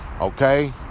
Okay